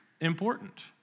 important